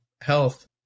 health